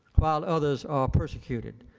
while others are persecuted.